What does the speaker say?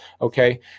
okay